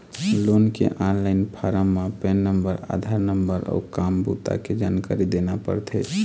loan के online form म PAN number, Aadhaar number अउ काम बूता के जानकारी देना परथे